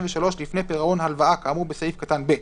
ושלוש לפני פירעון הלוואה כאמור בסעיף קטן (ב),